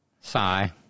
Sigh